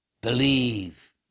believe